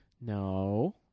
no